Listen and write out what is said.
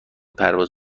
پرواز